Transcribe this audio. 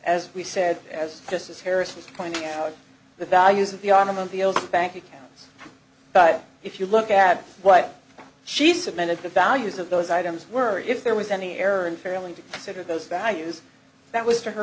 as we said as just as harris was pointing out the values of the automobiles bank accounts but if you look at what she submitted the values of those items were if there was any error in failing to consider those values that was to her